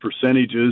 percentages